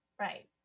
right